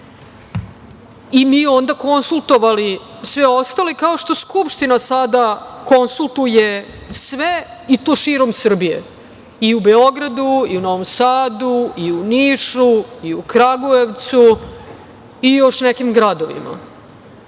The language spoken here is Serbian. i mi onda konsultovali sve ostale, kao što Skupština sada konsultuje sve i to širom Srbije i u Beogradu, i u Novom Sadu, i Nišu, i u Kragujevcu i još nekim gradovima. Ništa